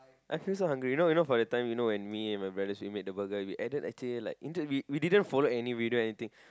I feel so hungry you know you know for that time when me and my brother we made the burgers we didn't follow any videos or anything